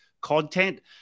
content